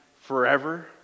forever